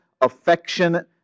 affection